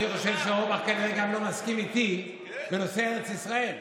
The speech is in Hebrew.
אני חושב שאורבך כנראה לא מסכים איתי גם בנושא ארץ ישראל,